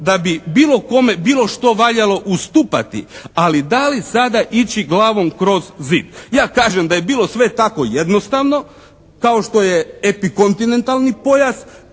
kome bilo što valjalo ustupati, ali da li sada ići glavom kroz zid? Ja kažem da je bilo sve tako jednostavno kao što je epikontinentalni pojas